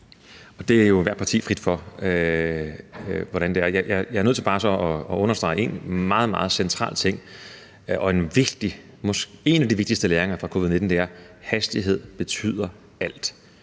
Det står jo ethvert parti frit for, hvordan man ser det. Jeg er så bare nødt til at understrege en meget, meget central ting, nemlig at en af de vigtigste læringer fra covid-19 er, at hastighed betyder alt.